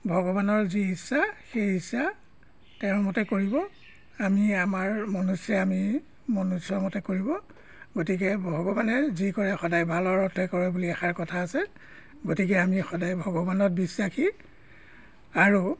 ভগৱানৰ যি ইচ্ছা সেই ইচ্ছা তেওঁৰ মতে কৰিব আমি আমাৰ মনুষ্য়ই আমি মনুষ্য়ৰ মতে কৰিব গতিকে ভগৱানে যি কৰে সদায় ভালৰ অৰ্থে কৰে বুলি এষাৰ কথা আছে গতিকে আমি সদায় ভগৱানত বিশ্বাসী আৰু